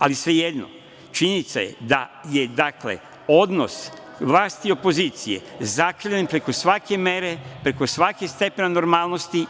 Ali, svejedno, činjenica je da je odnos vlasti i opozicije zakrvljen preko svake mere, preko svakog stepena normalnosti.